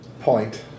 Point